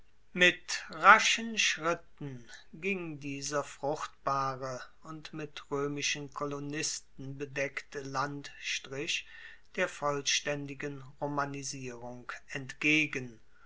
mit raschen schritten ging dieser fruchtbare und mit roemischen kolonisten bedeckte landstrich der vollstaendigen romanisierung entgegen